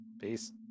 peace